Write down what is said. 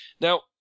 now